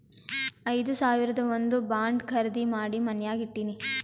ಐದು ಸಾವಿರದು ಒಂದ್ ಬಾಂಡ್ ಖರ್ದಿ ಮಾಡಿ ಮನ್ಯಾಗೆ ಇಟ್ಟಿನಿ